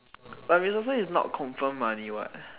but resources is not confirm money [what]